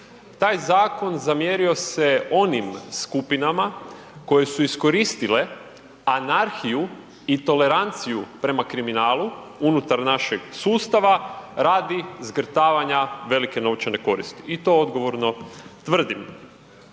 Taj zakon zamjerio se onim skupinama koje su iskoristile anarhiju i toleranciju prema kriminalu unutar našeg sustava radi zgrtavanja velike novčane koristi i to odgovorno tvrdim.